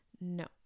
No